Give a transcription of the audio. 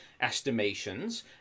estimations